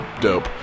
dope